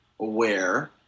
aware